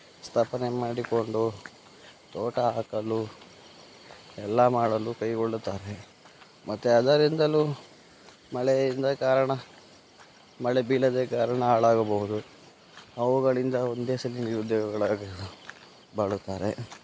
ಸ್ಥಾಪನೆ ಮಾಡಿಕೊಂಡು ತೋಟ ಹಾಕಲು ಎಲ್ಲ ಮಾಡಲು ಕೈಗೊಳ್ಳುತ್ತಾರೆ ಮತ್ತು ಅದರಿಂದಲೂ ಮಳೆಯಿಂದ ಕಾರಣ ಮಳೆ ಬೀಳದೆ ಕಾರಣ ಹಾಳಾಗಬಹುದು ಅವುಗಳಿಂದ ಒಂದೇ ಸಲ ನಿರುದ್ಯೋಗಿಗಳಾಗಿ ಬಾಳುತ್ತಾರೆ